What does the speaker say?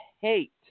hate